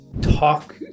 talk